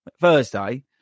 Thursday